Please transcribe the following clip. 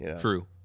True